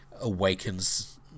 awakens